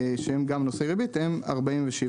שהם גם נושאי ריבית הם 47%,